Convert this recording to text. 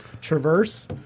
traverse